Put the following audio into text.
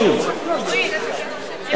אין צורך בהצעת החוק,